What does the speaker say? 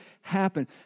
happen